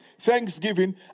thanksgiving